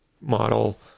model